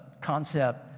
concept